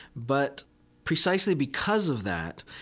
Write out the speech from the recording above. but precisely because of that,